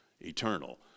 Eternal